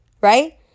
Right